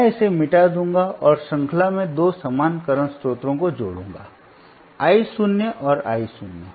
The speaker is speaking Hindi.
मैं इसे मिटा दूंगा और श्रृंखला में दो समान करंट स्रोतों को जोड़ूंगा I शून्य और मैं शून्य